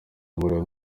umuriro